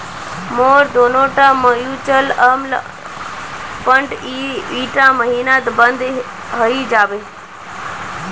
मोर दोनोटा mutual fund ईटा महिनात बंद हइ जाबे